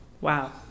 Wow